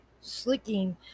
slicking